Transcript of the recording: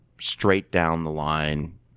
straight-down-the-line